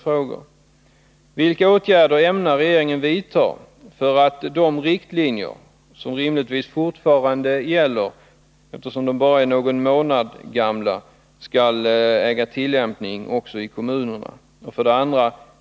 Vilka åtgärder ämnar regeringen vidta för att de riktlinjer som rimligtvis fortfarande gäller, eftersom de bara är någon månad gamla, skall tillämpas i kommunerna?